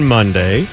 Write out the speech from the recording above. Monday